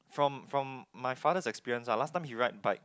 from from my father's experience ah last time he ride bike